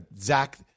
Zach